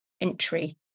entry